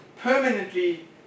permanently